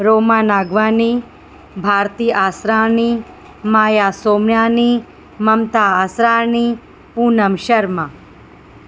Roma Nagwani Bharti Asrani Maya Somyani Mamta Asrani Poonam Sharma